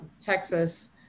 Texas